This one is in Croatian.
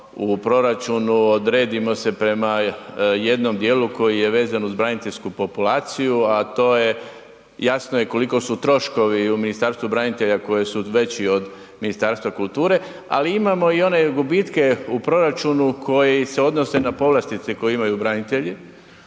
u proračunu odredimo se prema jednom dijelu koji je vezan uz braniteljsku populaciju a to je jasno je koliko su troškovi u Ministarstvu branitelja koji su veći od Ministarstva kulture. Ali imamo i one gubitke u proračunu koji se odnose na povlastice koje imaju branitelji.